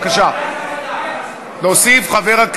לדיון מוקדם בוועדה שתקבע ועדת